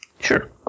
Sure